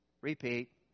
Repeat